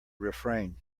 refrain